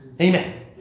amen